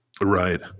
Right